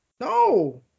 No